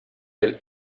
del